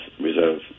Reserve